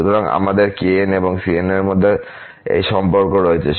সুতরাং আমাদের kn এবং cn এর মধ্যে এই সম্পর্ক রয়েছে